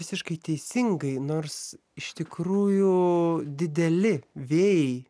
visiškai teisingai nors iš tikrųjų dideli vėjai